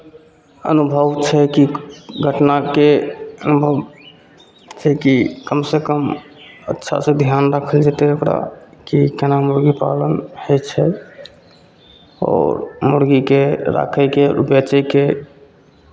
अनुभव छै कि घटनाके अनुभव छै कि कमसँ कम अच्छासँ धियान राखल जेतै ओकरा कि केना मुरगी पालन होइ छै आओर मुरगीकेँ राखयके बेचयके